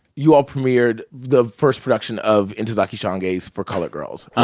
you all premiered the first production of ntozake shange's for colored girls, ah